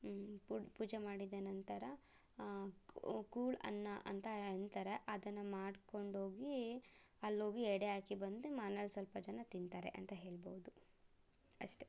ಪು ಪೂಜೆ ಮಾಡಿದ ನಂತರ ಉ ಕೂಳು ಅನ್ನ ಅಂತ ಹೇಳ್ತಾರೆ ಅದನ್ನು ಮಾಡ್ಕೊಂಡೋಗಿ ಅಲ್ಲೋಗಿ ಎಡೆ ಹಾಕಿ ಬಂದು ಮನೇಲಿ ಸ್ವಲ್ಪ ಜನ ತಿಂತಾರೆ ಅಂತ ಹೇಳ್ಬವ್ದು ಅಷ್ಟೆ